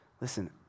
listen